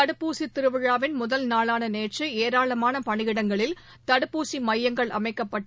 தடுப்பூசிதிருவிழாவின் முதல் நாளானநேற்றுஏராளமானபணியிடங்களில் தடுப்பூசிமையங்கள் அமைக்கப்பட்டு